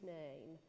name